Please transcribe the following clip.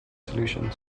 solution